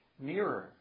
mirror